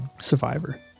Survivor